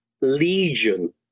legion